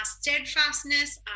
steadfastness